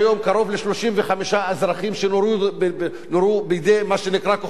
אזרחים שנורו בידי מה שנקרא "כוחות הביטחון".